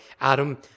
Adam